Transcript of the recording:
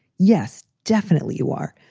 yes. definitely you are.